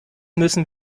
müssen